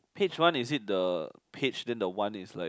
Page One is it the page then the one is like